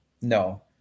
no